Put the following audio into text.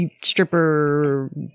stripper